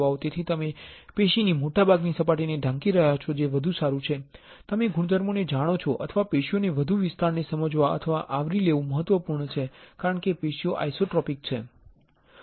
તેથી તમે પેશીની મોટાભાગની સપાટીને ઢાંકી રહ્યા છો જે વધુ સારું છે તમે ગુણધર્મોને જાણો છો અથવા પેશીઓના વધુ વિસ્તારને સમજવું અથવા આવરી લેવું મહત્વપૂર્ણ છે કારણ કે પેશી એ આઇસોટ્રોપિક છે